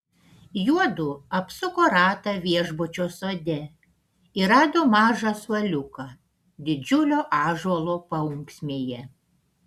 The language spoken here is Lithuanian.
juodu apsuko ratą viešbučio sode ir rado mažą suoliuką didžiulio ąžuolo paūksmėje